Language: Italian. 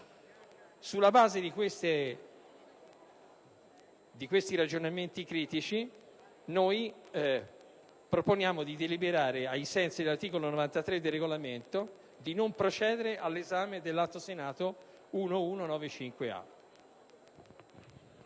Sulla base di tali ragionamenti critici, proponiamo pertanto di deliberare, ai sensi dell'articolo 93 del Regolamento, di non procedere all'esame dell'Atto Senato n. 1195.